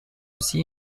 aussi